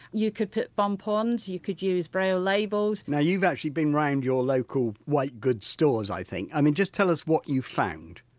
you could put bump-ons, you could use braille labels now you've actually been round your local white good stores i think, i mean just tell us what you've found